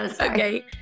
Okay